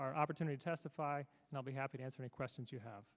opportunity to testify and i'll be happy to answer any questions you have